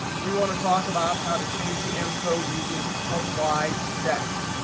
we want to talk about how to change the m code using applied steps.